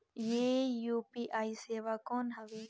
ये यू.पी.आई सेवा कौन हवे?